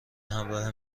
همراه